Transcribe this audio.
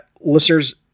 listeners